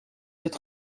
het